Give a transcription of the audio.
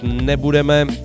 nebudeme